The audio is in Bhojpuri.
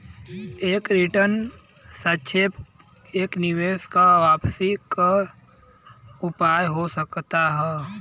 रिलेटिव रीटर्न एक सैद्धांतिक पोर्टफोलियो क सापेक्ष एक निवेश क वापसी क एक उपाय हौ